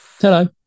Hello